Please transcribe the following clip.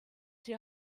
sie